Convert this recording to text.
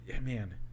man